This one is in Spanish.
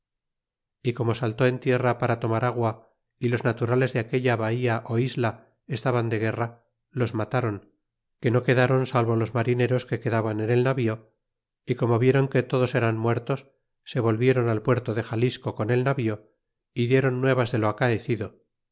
y como saltó en tierra para tomar agua y los naturales de aquella bahía isla estaban de guerra los matron que no quedron salvo los marineros que quedaban en el navío y como vieron que todos eran muertos se volvieron al puerto de xalisco con el navío y dieron nuevas de lo acaecido